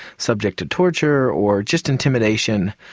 subject to torture or just intimidation.